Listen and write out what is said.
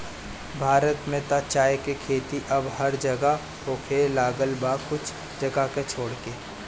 भारत में त चाय के खेती अब हर जगह होखे लागल बा कुछ जगह के छोड़ के